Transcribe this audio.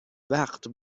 وقت